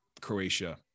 Croatia